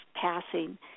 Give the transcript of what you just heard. passing